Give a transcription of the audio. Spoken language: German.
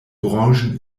branchen